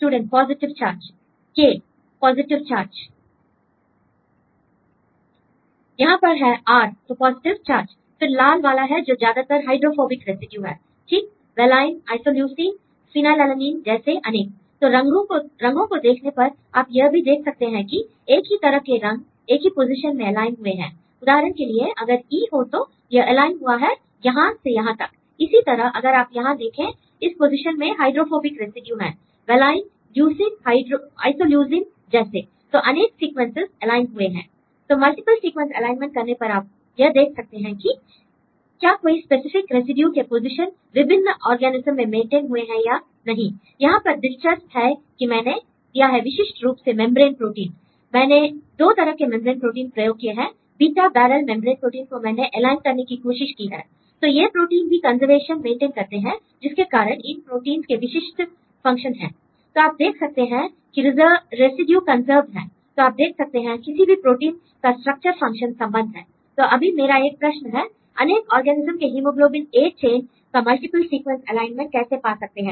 student positive charge l K l student positive यहां पर है R तो पॉजिटिव चार्ज l फिर लाल वाला है जो ज्यादातर हाइड्रोफोबिक रेसिड्यू है ठीक वेलाइन आईसोल्यूसीन फिनाइलएलानीन जैसे अनेक l तो रंगों को देखने पर आप यह भी देख सकते हैं कि एक ही तरह के रंग एक ही पोजीशन में एलाइन हुए हैं l उदाहरण के लिए अगर E हो तो यह एलाइन हुआ है यहां से यहां तक l इसी तरह अगर आप यहां देखें इस पोजीशन में हाइड्रोफोबिक रेसिड्यू हैं वेलाइन ल्यूसीन आईसोल्यूसीन जैसे l तो अनेक सीक्वेंसेस एलाइन हुए हैं l तो मल्टीप्ल सीक्वेंस एलाइनमेंट करने पर आप यह देख सकते हैं की है कि क्या कोई स्पेसिफिक रेसिड्यू के पोजीशन विभिन्न ऑर्गेनेज्म में मेंटेन हुए हैं या नहीं l यहां पर दिलचस्प है कि मैंने दिया है विशेष रुप से मेंब्रेन प्रोटीन l मैंने दो तरह के मेंब्रेन प्रोटीन प्रयोग किए हैं l beta barrel membrane protein को मैंने एलाइन करने की कोशिश की है l तो ये प्रोटीन भी कंजर्वेशन मेंटेन करते हैं जिसके कारण इन प्रोटीन्स के विशिष्ट फंक्शन हैं l तो आप देख सकते हैं कि रेसिड्यू कंसर्व्ड हैं l तो आप देख सकते हैं किसी भी प्रोटीन का स्ट्रक्चर फंक्शन संबंध l तो अभी मेरा एक प्रश्न है अनेक ऑर्गेनेज्म के हीमोग्लोबिन A चैन का मल्टीप्ल सीक्वेंस एलाइनमेंट कैसे पा सकते हैं